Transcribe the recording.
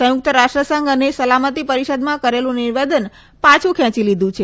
સંથુક્ત રાષ્ટ્રસંઘ અને સલામતી પરિષદમાં કરેલું નિવેદન પાછું ખેંચી લીધું છે